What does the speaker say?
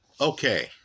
okay